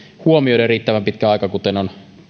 huomioiden riittävän pitkä aika kuten on